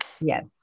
Yes